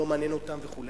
לא מעניין אותם וכו',